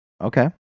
Okay